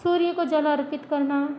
सूर्य को जल अर्पित करना